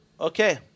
okay